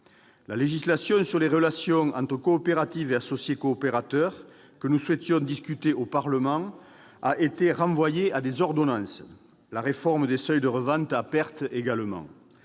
La législation sur les relations entre coopératives et associés coopérateurs, que nous souhaitions discuter au Parlement, a été renvoyée à des ordonnances, tout comme la réforme des seuils de revente à perte.